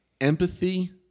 Empathy